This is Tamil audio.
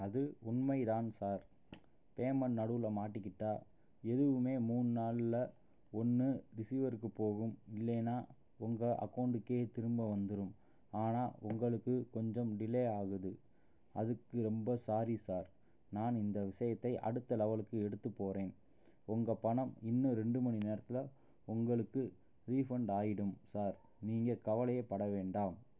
அது உண்மை தான் சார் பேமெண்ட் நடுவில் மாட்டிக்கிட்டால் எதுவுமே மூணு நாளில் ஒன்று ரிசிவருக்குது போகும் இல்லைன்னால் உங்கள் அக்கௌண்ட்டுக்கு திரும்ப வந்துடும் ஆனால் உங்களுக்கு கொஞ்சம் டிலே ஆகுது அதுக்கு ரொம்ப சாரி சார் நான் இந்த விஷயத்தை அடுத்த லெவலுக்கு எடுத்து போகிறேன் உங்கள் பணம் இன்னும் ரெண்டு மணி நேரத்தில் உங்களுக்கே ரீஃபண்ட் ஆகிடும் சார் நீங்கள் கவலையே பட வேண்டாம்